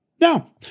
Now